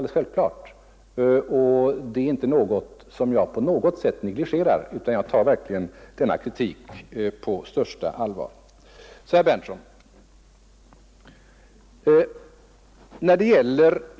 Det är inte någonting som jag på något sätt negligerar, utan jag tar verkligen denna kritik på största allvar. Sedan till herr Berndtson!